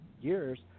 years